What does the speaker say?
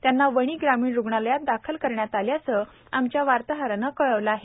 त्यांना वणी ग्रामीण रुग्णालयात दाखल करण्यात आल्याचं आमच्या वार्ताहरानं कळवलं आहे